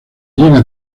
llega